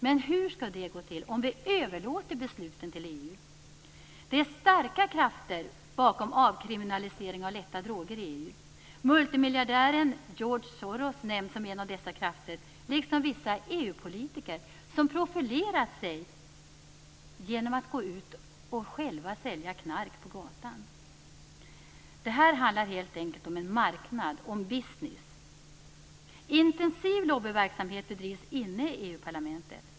Men hur skall det gå till om vi överlåter besluten till EU? Det ligger starka krafter bakom en avkriminalisering av lätta droger i EU. Multimiljardären George Soros nämns som en av dessa krafter, liksom vissa EU-politiker som profilerat sig genom att gå ut och själva sälja knark på gatan. Det här handlar helt enkelt om en marknad, om business. Intensiv lobbyverksamhet bedrivs inne i EU-parlamentet.